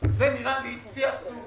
זה שיא האבסורד.